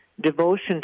devotion